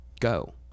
go